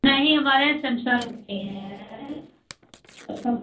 नहीं हमारे यहाँ सैमसम ही है सैमसम